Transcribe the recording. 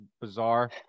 bizarre